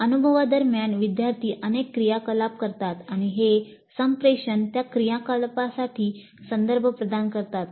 अनुभवा दरम्यान विद्यार्थी अनेक क्रियाकलाप करतात आणि हे संप्रेषण त्या क्रियाकलापांसाठी संदर्भ प्रदान करतात